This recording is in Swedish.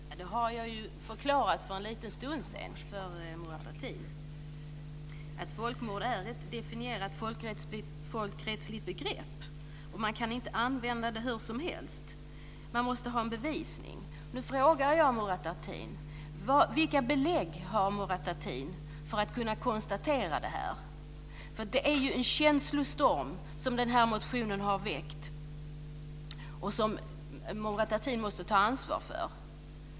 Fru talman! Det har jag ju förklarat för Murad Artin för en lite stund sedan. Jag har sagt att folkmord är ett definierat folkrättsligt begrepp och att man inte kan använda det hur som helst. Man måste ha en bevisning. Nu frågar jag Murad Artin: Vilka belägg har Murad Artin för att kunna konstatera detta? Denna motion har ju väckt en känslostorm som Murad Artin måste ta ansvar för.